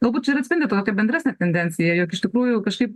galbūt čia ir atspindi tokią bendresnę tendenciją jog iš tikrųjų kažkaip